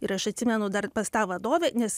ir aš atsimenu dar pas tą vadovę nes